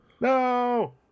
No